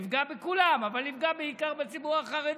יפגע בכולם אבל יפגע בעיקר בציבור החרדי,